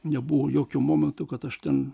nebuvo jokiu momentu kad aš ten